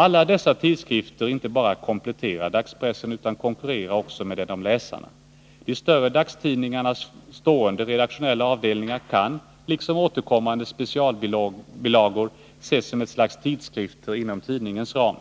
Alla dessa tidskrifter inte bara kompletterar dagspressen utan konkurrerar också med den om läsarna. De större dagstidningarnas stående redaktionella avdelningar kan, liksom återkommande specialbilagor, ses som ett slags tidskrifter inom tidningens ram.